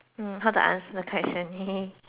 the question